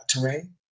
terrain